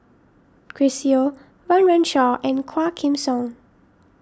Chris Yeo Run Run Shaw and Quah Kim Song